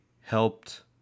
helped